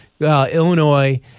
Illinois